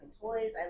toys